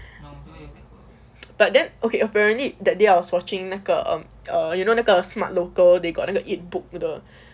but then okay apparently that day I was watching 那个 um err you know 那个 smart local they got into eat book 的